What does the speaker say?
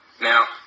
Now